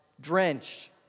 Drenched